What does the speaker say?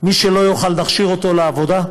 מי שלא יוכל, נכשיר אותו לעבודה.